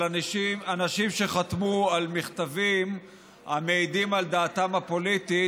אנשים שחתמו על מכתבים המעידים על דעתם הפוליטית